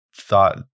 thought